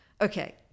okay